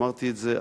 אמרתי את זה,